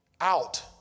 out